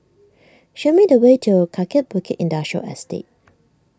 show me the way to Kaki Bukit Industrial Estate